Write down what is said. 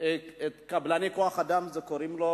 קבלני כוח-האדם, קוראים לו